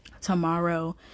tomorrow